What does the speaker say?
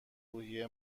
روحیه